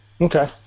okay